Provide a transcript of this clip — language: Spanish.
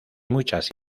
muchas